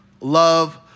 Love